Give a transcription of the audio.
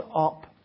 up